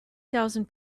thousand